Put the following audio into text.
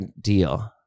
deal